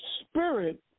spirit